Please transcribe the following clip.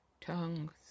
tongues